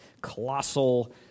colossal